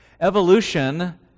Evolution